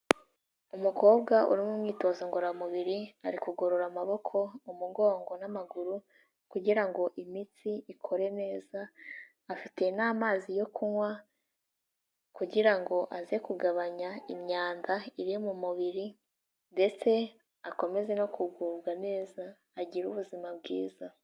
Umukobwa uri mu myitozo ngororamubiri ari kugorora amaboko, umugongo n'amaguru kugira ngo imitsi ikore neza, afite n'amazi yo kunywa kugira ngo aze kugabanya imyanda iri mu mubiri ndetse akomeze no kugubwa neza agire ubuzima bwiza.